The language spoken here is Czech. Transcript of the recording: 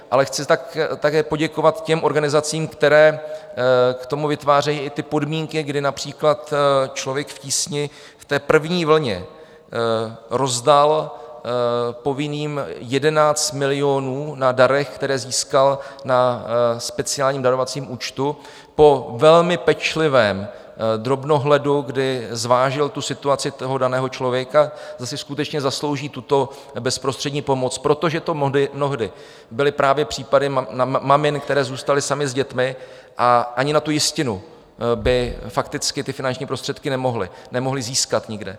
Ale chci také poděkovat těm organizacím, které k tomu vytvářejí i ty podmínky, kdy například Člověk v tísni v té první vlně rozdal povinným 11 milionů na darech, které získal na speciálním darovacím účtu, po velmi pečlivém drobnohledu, kdy zvážil tu situaci toho daného člověka, že si skutečně zaslouží tuto bezprostřední pomoc, protože to mnohdy byly právě případy maminek, které zůstaly samy s dětmi, a ani na tu jistinu by fakticky ty finanční prostředky nemohly získat nikde.